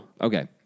Okay